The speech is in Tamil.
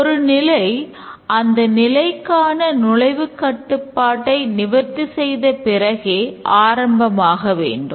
ஒரு நிலை அந்த நிலைக்கான நுழைவுக் கட்டுப்பாடை நிவர்த்தி செய்த பிறகே ஆரம்பமாக வேண்டும்